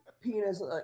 penis